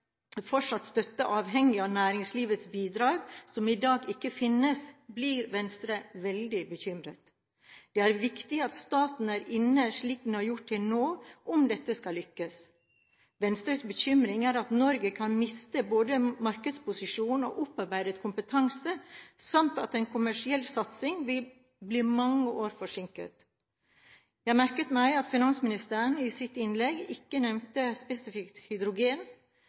fortsatt støtte avhengig av næringslivets bidrag – som i dag ikke finnes – blir Venstre veldig bekymret. Det er viktig at staten er inne slik den har vært til nå om dette skal lykkes. Venstres bekymring er at Norge kan miste både markedsposisjon og opparbeidet kompetanse, samt at en kommersiell satsing vil bli mange år forsinket. Jeg merket meg at finansministeren i sitt innlegg ikke nevnte hydrogen spesifikt.